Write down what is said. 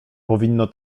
powinno